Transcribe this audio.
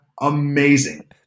amazing